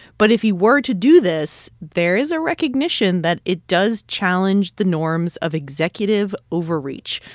but if he were to do this, there is a recognition that it does challenge the norms of executive overreach,